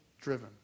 driven